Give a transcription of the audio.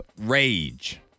rage